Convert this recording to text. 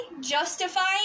justifying